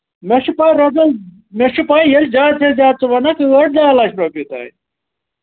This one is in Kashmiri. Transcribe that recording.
مےٚ چھِ پَے رۄپییَس مےٚ چھِ پَے ییٚلہِ زیادٕ سے زیادٕ ژٕ وَنکھ ٲٹھ دَہ لَچھ رۄپییہِ تانۍ